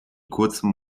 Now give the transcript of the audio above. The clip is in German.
kurzem